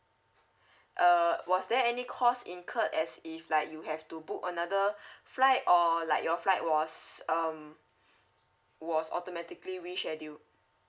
uh was there any cost incurred as if like you have to book another flight or like your flight was um was automatically reschedule